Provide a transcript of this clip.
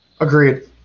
Agreed